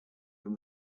from